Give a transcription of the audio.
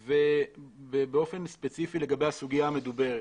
ובאופן ספציפי לגבי הסוגייה המדוברת